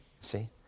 See